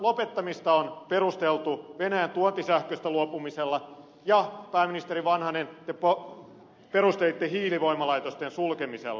ydinvoimaa on perusteltu venäjän tuontisähköstä luopumisella ja pääministeri vanhanen te perustelitte hiilivoimalaitosten sulkemisella